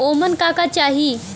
ओमन का का चाही?